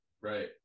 right